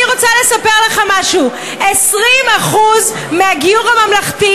אני רוצה לספר לך משהו: 20% מהגיור הממלכתי